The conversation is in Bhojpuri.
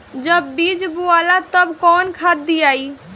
जब बीज बोवाला तब कौन खाद दियाई?